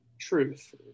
truth